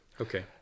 Okay